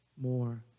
more